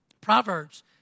Proverbs